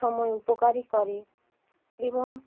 সময় উপকারই করে এবং